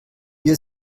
wir